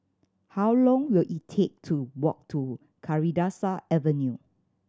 how long will it take to walk to Kalidasa Avenue